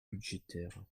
budgétaires